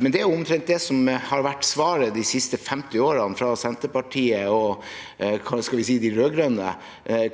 det er omtrent det som har vært svaret de siste 50 årene fra Senterpartiet og – skal vi si – de rød-grønne,